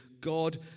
God